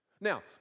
Now